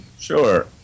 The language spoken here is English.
Sure